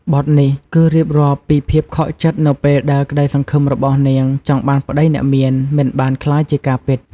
បទនេះគឺរៀបរាប់ពីភាពខកចិត្តនៅពេលដែលក្តីសង្ឃឹមរបស់នាងចង់បានប្តីអ្នកមាន មិនបានក្លាយជាការពិត។